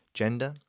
gender